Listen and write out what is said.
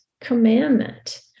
commandment